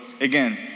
again